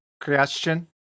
Question